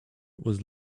was